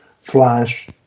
flash